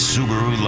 Subaru